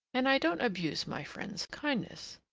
and i don't abuse my friends' kindness.